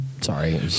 sorry